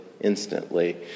instantly